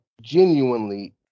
genuinely